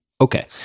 Okay